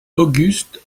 auguste